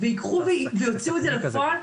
וייקחו ויוציאו את זה לפועל,